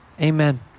Amen